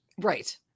Right